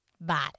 bad